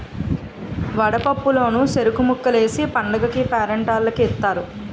వడపప్పు లోన సెరుకు ముక్కలు ఏసి పండగకీ పేరంటాల్లకి ఇత్తారు